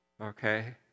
Okay